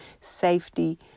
safety